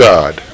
God